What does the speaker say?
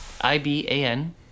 i-b-a-n